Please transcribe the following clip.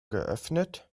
geöffnet